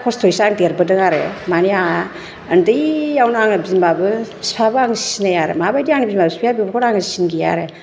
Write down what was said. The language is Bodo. खस्थ'यैसो आं देरबोदों आरो माने आंहा उन्दैआवनो आङो बिमाबो फिफाबो आङो सिनाया आरो माबायदि आंनि बिमा बिफाया बेफोरखौनो आं सिन गैया आरो